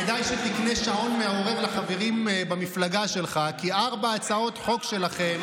כדאי שתקנה שעון מעורר לחברים במפלגה שלך כי ארבע הצעות חוק שלכם,